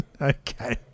Okay